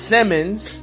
Simmons